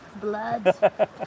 blood